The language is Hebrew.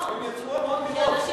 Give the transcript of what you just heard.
הבלוקים האלה יצרו המון דירות.